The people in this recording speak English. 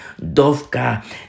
Dovka